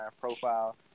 profile